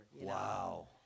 Wow